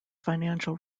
financial